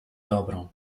dobrą